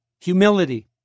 Humility